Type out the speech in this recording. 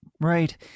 Right